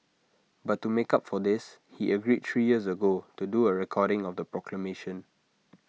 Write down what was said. but to make up for this he agreed three years ago to do A recording of the proclamation